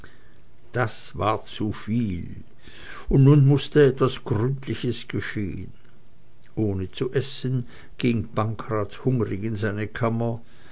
das war zuviel und nun mußte etwas gründliches geschehen ohne zu essen ging pankraz hungrig in seine kammer